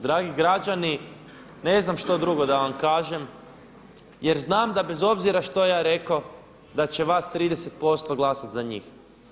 Dragi građani ne znam što drugo da vam kažem jer znam da bez obzira što ja rekao da će vas 30% glasat za njih.